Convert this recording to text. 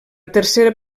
tercera